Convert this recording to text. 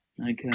Okay